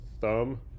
thumb